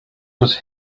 was